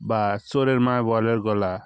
বা চোরের মায়ের বড় গলা